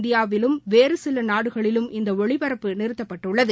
இந்தியாவிலும் வேறு சில நாடுகளிலும் இந்த ஒளிபரப்பு நிறுத்தப்பட்டுள்ளது